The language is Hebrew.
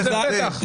וזה פתח.